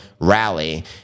rally